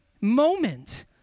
moment